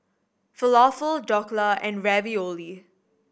Falafel Dhokla and Ravioli